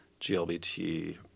GLBT